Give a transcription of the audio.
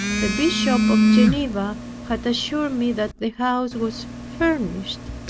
the bishop of geneva had assured me that the house was furnished